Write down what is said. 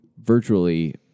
virtually